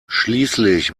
schließlich